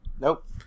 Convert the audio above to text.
Nope